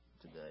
today